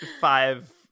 five